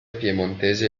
piemontese